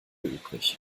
übrig